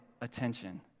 attention